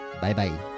Bye-bye